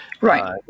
Right